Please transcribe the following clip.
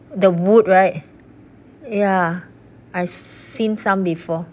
the wood right ya I've seen some before